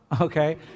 okay